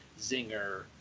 Zinger